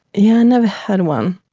yeah never had one.